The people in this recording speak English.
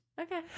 Okay